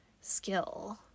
skill